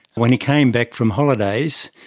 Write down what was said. when he came back from holidays,